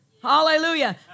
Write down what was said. Hallelujah